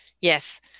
yes